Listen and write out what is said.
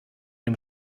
dem